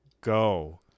Go